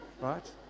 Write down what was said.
Right